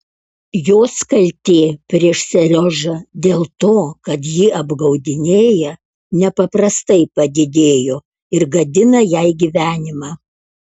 jos kaltė prieš seriožą dėl to kad jį apgaudinėja nepaprastai padidėjo ir gadina jai gyvenimą